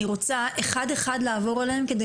אני רוצה אחד אחד לעבור עליהם כדי